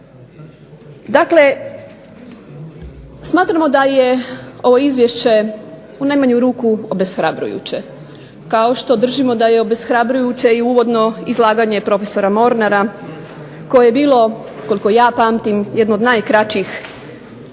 Dakle, smatramo da je ovo izvješće u najmanju ruku obeshrabrujuće. Kao što držimo da je obeshrabrujuće i uvodno izlaganje prof. Mornara koje je bilo koliko ja pamtim jedno od najkraćih u